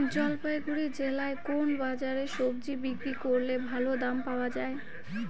জলপাইগুড়ি জেলায় কোন বাজারে সবজি বিক্রি করলে ভালো দাম পাওয়া যায়?